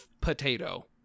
potato